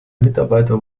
mitarbeiter